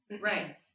Right